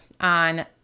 on